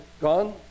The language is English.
gone